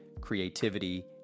creativity